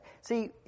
See